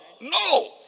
no